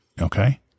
Okay